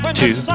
two